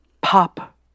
pop